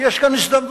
כי יש כאן הזדמנויות,